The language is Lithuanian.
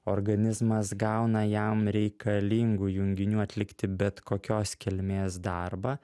organizmas gauna jam reikalingų junginių atlikti bet kokios kilmės darbą